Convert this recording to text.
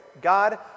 God